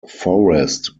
forrest